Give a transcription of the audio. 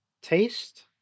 taste